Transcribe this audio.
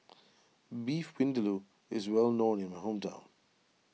Beef Vindaloo is well known in my hometown